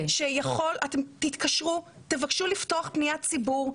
אתם תתקשרו, תבדקו לפתוח פניית ציבור.